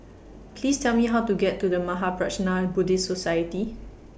Please Tell Me How to get to The Mahaprajna Buddhist Society